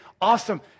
Awesome